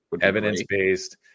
evidence-based